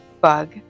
bug